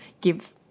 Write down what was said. give